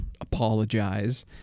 Apologize